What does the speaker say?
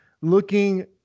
looking